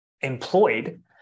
employed